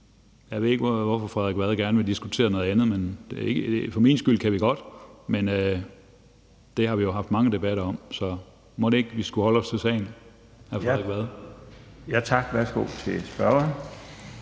Jeg ved ikke, hvorfor hr. Frederik Vad gerne vil diskutere noget andet. For min skyld kan vi godt det, men det har vi jo haft mange debatter om. Så mon ikke vi skulle holde os til sagen, hr. Frederik Vad? Kl. 17:02 Den fg.